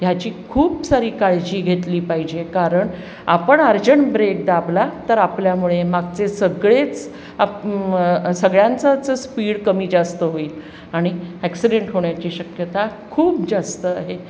ह्याची खूप सारी काळजी घेतली पाहिजे कारण आपण अर्जंट ब्रेक दाबला तर आपल्यामुळे मागचे सगळेच आप म सगळ्यांचाच स्पीड कमी जास्त होईल आणि ॲक्सिडेंट होण्याची शक्यता खूप जास्त आहे